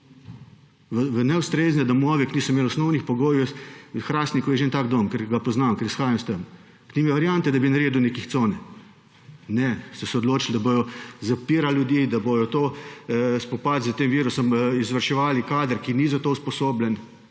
v neustrezne domove, ki niso imeli osnovnih pogojev. V Hrastniku je že en tak dom, ker ga poznam, ker izhajam od tam. Ni imel variante, da bi naredil neke cone. Ne, so se odločili, da bodo zapirali ljudi, da bodo spopad s tem virusom izvrševali s kadrom, ki ni za to usposobljen.